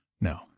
No